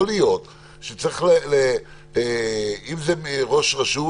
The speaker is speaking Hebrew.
יכול להיות שאם זה מראש רשות,